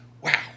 wow